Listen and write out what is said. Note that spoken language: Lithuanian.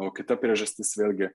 o kita priežastis vėlgi